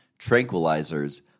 Tranquilizers